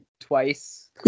twice